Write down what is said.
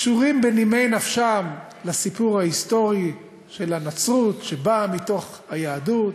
וקשורים בנימי נפשם לסיפור ההיסטורי של הנצרות שבאה מתוך היהדות.